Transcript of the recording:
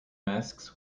masks